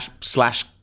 slash